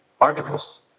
articles